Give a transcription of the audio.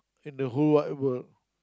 in the whole wide world